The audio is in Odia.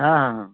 ହଁ ହଁ ହଁ